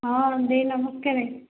ହଁ ଦେଈ ନମସ୍କାର